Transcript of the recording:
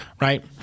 Right